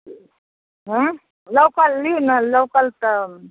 हूँ हूँ लोकल लिउ ने लोकल तऽ